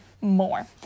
more